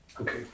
Okay